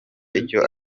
icyo